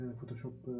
Photoshop